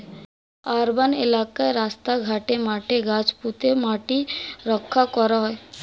urban এলাকায় রাস্তা ঘাটে, মাঠে গাছ পুঁতে মাটি রক্ষা করা হয়